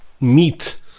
meat